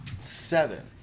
Seven